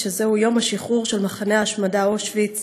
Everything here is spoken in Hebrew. שזהו יום השחרור של מחנה ההשמדה אושוויץ